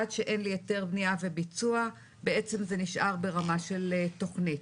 עד שאין לי היתר בניה וביצוע בעצם זה נשאר ברמה של תכנית.